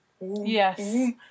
yes